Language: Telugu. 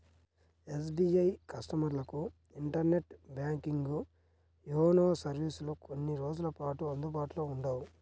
ఎస్.బీ.ఐ కస్టమర్లకు ఇంటర్నెట్ బ్యాంకింగ్, యోనో సర్వీసులు కొన్ని రోజుల పాటు అందుబాటులో ఉండవు